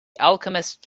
alchemist